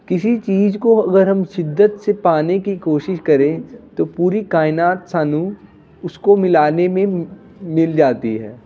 ਕਿਸੀ ਚੀਜ਼ ਕੋ ਅਗਰ ਸ਼ਿੱਦਤ ਸੇ ਪਾਨੇ ਕੀ ਕੋਸ਼ਿਸ਼ ਕਰੇ ਤੋ ਪੂਰੀ ਕਾਇਨਾਤ ਸਾਨੂੰ ਉਸਕੋ ਮਿਲਾਨੇ ਮੇ ਮਿਲ ਜਾਤੀ ਹੈ